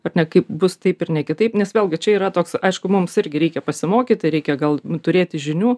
ar ne kaip bus taip ir ne kitaip nes vėlgi čia yra toks aišku mums irgi reikia pasimokyti reikia gal turėti žinių